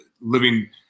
living